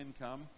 income